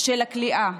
של הכליאה,